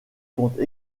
compte